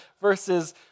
versus